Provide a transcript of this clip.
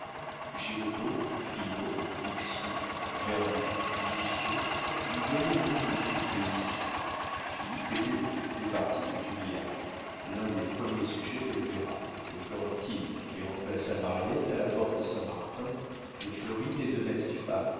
giroudeau finot bixiou vernou lousteau lui voyaient mener une vie de plaisirs philippe était de toutes les parties de tullia l'un des premiers sujets de l'opéra de florentine qui remplaça mariette à la porte-saint-martin de florine et de